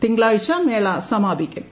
തിങ്കളാഴ്ച മേള സമാപിക്കും